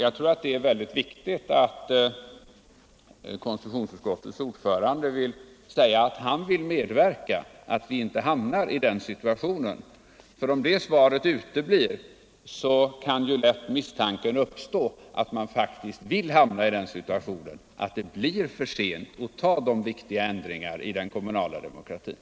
Jag tycker det är viktigt att konstitutionsutskottets ordförande nu förklarar att han vill medverka till att vi inte hamnar i den situationen. Om det svaret uteblir kan nämligen lätt den misstanken uppstå att man faktiskt vill hamna i den situationen att det blir för sent att ta de viktiga ändringarna i den kommunala demokratin.